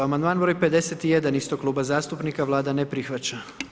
Amandman broj 51 istog kluba zastupnika, Vlada ne prihvaća.